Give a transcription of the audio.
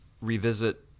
revisit